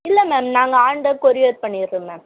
இல்லை மேம் நாங்கள் on the courier பண்ணிடுறோம் மேம் மேம்